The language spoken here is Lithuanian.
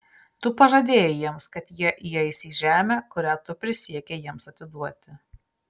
tu pažadėjai jiems kad jie įeis į žemę kurią tu prisiekei jiems atiduoti